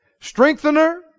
strengthener